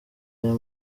ayo